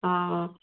ହଁ